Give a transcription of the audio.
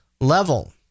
level